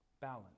Balance